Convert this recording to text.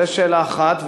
זו שאלה אחת.